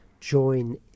join